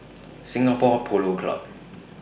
Singapore Polo Club